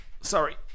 sorry